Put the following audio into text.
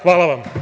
Hvala vam.